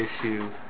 issue